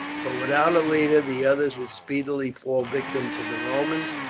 but without a leader the others would speedily fall victims to the romans,